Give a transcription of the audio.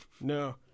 No